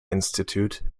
institute